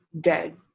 dead